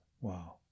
Wow